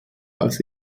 als